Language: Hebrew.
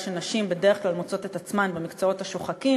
זאת מפני שנשים בדרך כלל מוצאות את עצמן במקצועות השוחקים